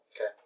Okay